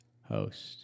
host